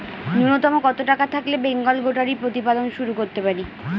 নূন্যতম কত টাকা থাকলে বেঙ্গল গোটারি প্রতিপালন শুরু করতে পারি?